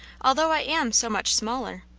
although i am so much smaller.